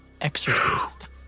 exorcist